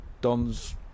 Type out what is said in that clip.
Don's